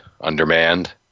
undermanned